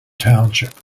township